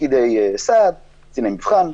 פקידי סעד, קציני מבחן,